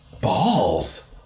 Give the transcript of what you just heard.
balls